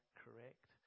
correct